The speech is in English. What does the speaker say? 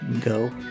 go